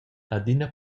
adina